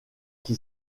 qui